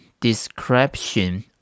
Description